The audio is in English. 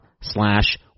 slash